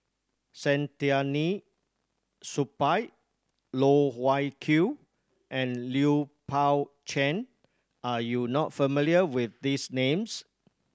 Saktiandi Supaat Loh Wai Kiew and Lui Pao Chuen are you not familiar with these names